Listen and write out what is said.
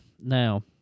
now